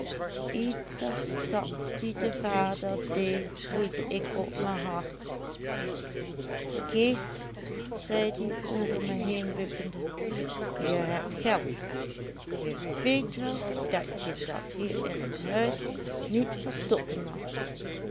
ieder stap die de vader dee voelde ik op me hart kees zeid ie over me heen bukkende je heb geld je weet wel dat je dat hier in t huis niet verstoppen mag